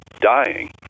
dying